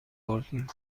بردیم